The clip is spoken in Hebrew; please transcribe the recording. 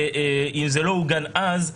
אם זה לא עוגן אז,